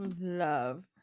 love